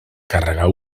càrrega